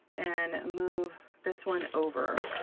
and move this one over.